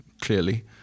clearly